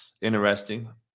interesting